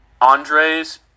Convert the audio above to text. Andres